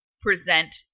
present